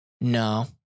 No